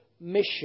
mission